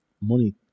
Money